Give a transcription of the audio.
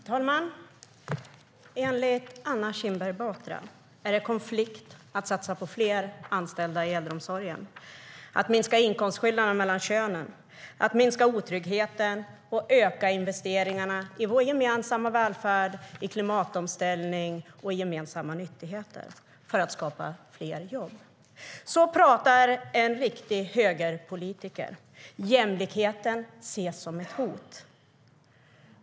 Herr talman! Enligt Anna Kinberg Batra är det konflikt att satsa på fler anställda i äldreomsorgen, att minska inkomstskillnaderna mellan könen, att minska otryggheten och öka investeringarna i vår gemensamma välfärd, i klimatomställning och i gemensamma nyttigheter för att skapa fler jobb. Så pratar en riktig högerpolitiker. Jämlikheten ses som ett hot.